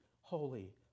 holy